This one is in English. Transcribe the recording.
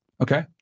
Okay